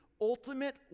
ultimate